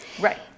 Right